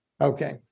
okay